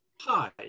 Hi